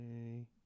Okay